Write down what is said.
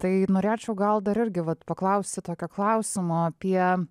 tai norėčiau gal dar irgi vat paklausti tokio klausimo apie